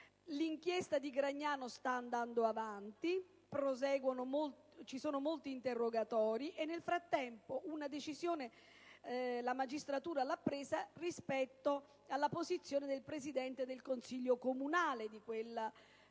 L'inchiesta di Gragnano sta andando avanti, ci sono molti interrogatori. Nel frattempo la magistratura ha preso una decisione rispetto alla posizione del Presidente del Consiglio comunale di quella